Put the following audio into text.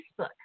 Facebook